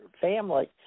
family